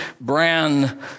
brand